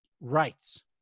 rights